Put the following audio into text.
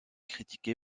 critiqué